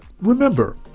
remember